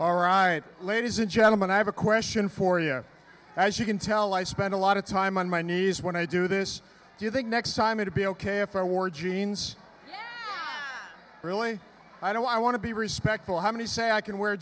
all right ladies and gentlemen i have a question for you as you can tell i spend a lot of time on my knees when i do this do you think next time it'll be ok if i wore jeans early i don't know i want to be respectful how many say i can wear